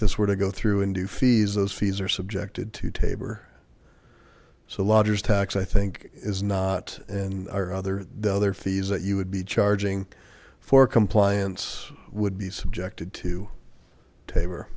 this were to go through and do fees those fees are subjected to tabor so lodgers tax i think is not and our other the other fees that you would be charging for compliance would be subjected to tab